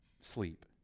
sleep